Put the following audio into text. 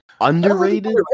Underrated